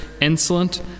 insolent